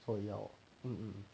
做药 um um um